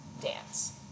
dance